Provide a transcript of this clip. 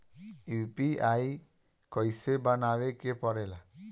UPI कइसे बनावे के परेला?